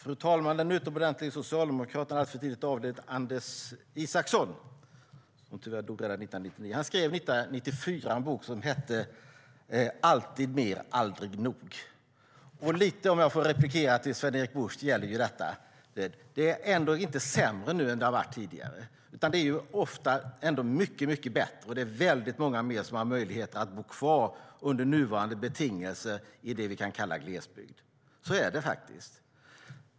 Fru talman! Den utomordentlige socialdemokraten, den alltför tidigt avlidne Anders Isaksson - han dog 2009 - skrev 1994 en bok som hette Alltid mer, aldrig nog . Lite gäller detta nog dagens debatt, om jag får replikera Sven-Erik Bucht. Det är ju inte sämre nu än det har varit tidigare, utan det är ofta mycket bättre, och det är många fler som har möjlighet att under nuvarande betingelser bo kvar i det vi kan kalla glesbygd. Så är det faktiskt.